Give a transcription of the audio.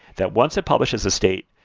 that once it publishes a state,